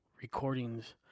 recordings